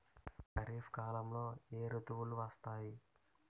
ఖరిఫ్ కాలంలో ఏ ఋతువులు వస్తాయి?